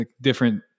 different